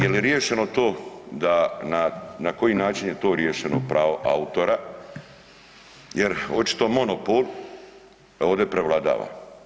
Jel' riješeno to da na koji način je riješeno to pravo autora, jer očito monopol ovdje prevladava.